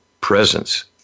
presence